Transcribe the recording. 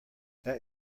that